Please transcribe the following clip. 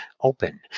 open